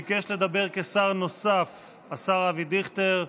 ביקש לדבר כשר נוסף השר אבי דיכטר.